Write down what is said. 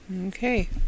okay